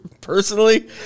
personally